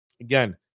Again